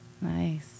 Nice